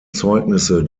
zeugnisse